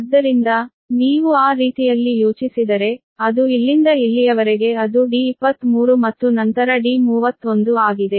ಆದ್ದರಿಂದ ನೀವು ಆ ರೀತಿಯಲ್ಲಿ ಯೋಚಿಸಿದರೆ ಅದು ಇಲ್ಲಿಂದ ಇಲ್ಲಿಯವರೆಗೆ ಅದು D23 ಮತ್ತು ನಂತರ D31 ಆಗಿದೆ